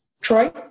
Troy